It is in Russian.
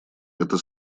эта